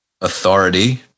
authority